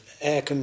air